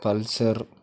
pulsar